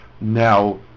Now